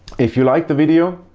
if you liked the video,